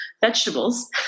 vegetables